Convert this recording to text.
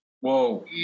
Whoa